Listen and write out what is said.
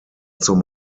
zum